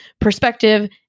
perspective